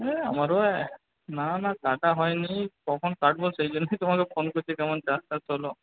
হ্যাঁ আমারও এক না না কাটা হয়নি কখন কাটবো সেই জন্যই তোমাকে ফোন করছি কেমন চাষ বাস হলো